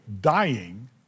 dying